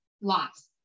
loss